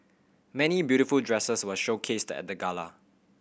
many beautiful dresses were showcased at the gala